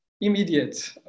immediate